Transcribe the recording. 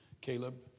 Caleb